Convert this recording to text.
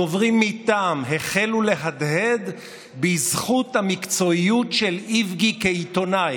דוברים מטעם החלו להדהד בזכות המקצועיות של איבגי כעיתונאי,